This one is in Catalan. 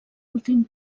últim